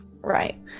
Right